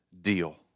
deal